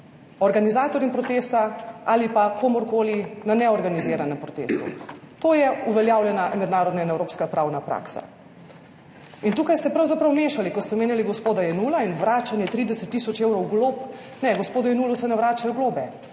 organizatorjem protesta ali pa komurkoli na neorganiziranem protestu. To je uveljavljena mednarodna in evropska pravna praksa. In tukaj ste pravzaprav mešali, ko ste omenjali gospoda Jenulla in vračanje 30 tisoč evrov glob. Ne, gospodu Jenullu se ne vračajo globe.